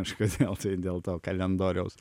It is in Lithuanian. kažkodėl tai dėl to kalendoriaus